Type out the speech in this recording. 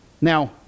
Now